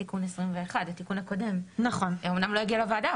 לגבי בדיקות PCR כן נשקל לצמצם,